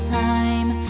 time